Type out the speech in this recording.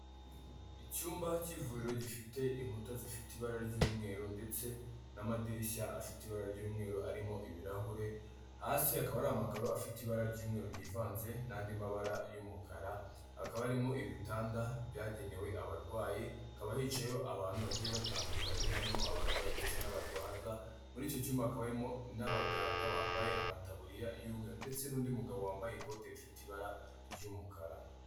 Icyumba cy'ivuriro gifite inkuta zifite ibara ry'umweru ndetse n'amadirishya afite ibara ry'umweru arimo ibirahure. Hasi hakaba hari amakaro afite ibara ry'umweru ryivanze n'andi mabara y'umukara. Hakaba harimo ibitanda byagenewe abarwayi. Hakaba hicayeho abantu bagiye batandukanye harimo abarwayi ndetse n'abarwaza. Muri icyo cyumba hakaba harimo n'abaganga bambaye amataburiya yumweru ndetse n'undi mugabo wambaye ikote rifite ibara ry'umukara.